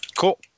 Cool